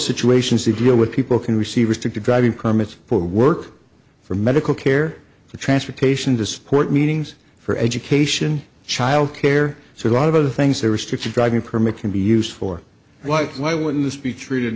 situations they deal with people can receive restricted driving climate for work for medical care transportation to support meetings for education child care so a lot of other things are restricted driving permit can be used for life why wouldn't this be treated